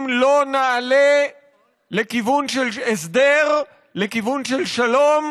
אם לא נעלה לכיוון של הסדר, לכיוון של שלום,